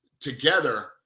together